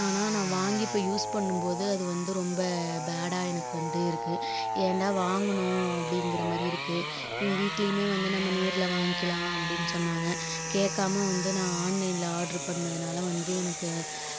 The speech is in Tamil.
ஆனால் நான் வாங்கி இப்போது யூஸ் பண்ணும் போது அது வந்து ரொம்ப பேடாக எனக்கு வந்து இருக்குது ஏன்டா வாங்கினோம் அப்படிங்குற மாதிரி இருக்குது எங்கள் வீட்டிலையுமே வந்து நம்ம நேரில் வாங்கிக்கலாம் அப்படின்னு சொன்னாங்க கேட்காம வந்து நான் ஆன்லைனில் ஆட்ரு பண்ணதுனால் வந்து எனக்கு